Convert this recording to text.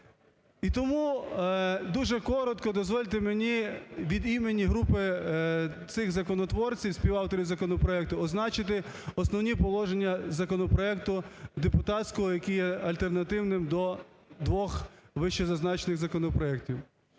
тому дуже коротко дозвольте мені від імені групи цих законотворців, співавторів законопроекту, означити основні положення законопроекту депутатського, який є альтернативним до двох вищезазначених законопроектів.